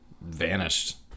vanished